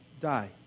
die